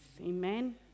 Amen